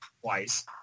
twice